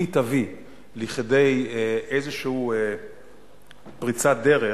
אם היא תביא לכדי איזו פריצת דרך,